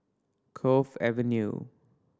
Cove Avenue